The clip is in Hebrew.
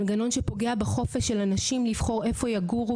מנגנון שפוגע בחופש של אנשים לבחור איפה יגורו,